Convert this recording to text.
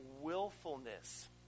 willfulness